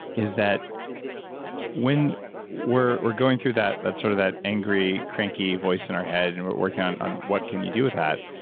is that when we're we're going through that. that's sort of that angry, cranky voice in our head and we're working on on what can you do with that,